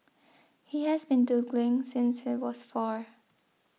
he has been doodling since he was four